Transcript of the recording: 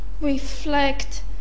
reflect